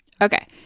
okay